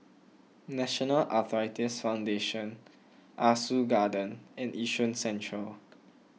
National Arthritis Foundation Ah Soo Garden and Yishun Central